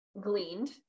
gleaned